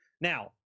now